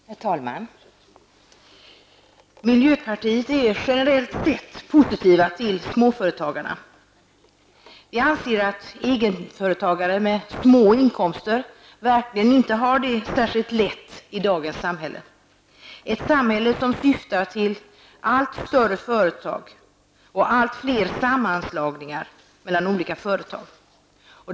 Herr talman! Miljöpartiet är generellt sett positivt inställt till småföretagarna. Vi anser att egenföretagare med små inkomster verkligen inte har det särskilt lätt i dagens samhälle, ett samhälle som syftar till allt större företag och allt fler sammanslagningar mellan olika företag.